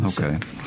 Okay